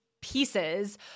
pieces